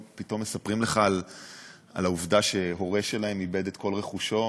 הם מספרים לך על העובדה שהורה שלהם איבד את כל רכושו,